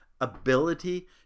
ability